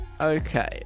Okay